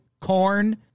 corn